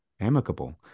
amicable